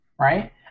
right